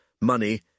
money